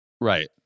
Right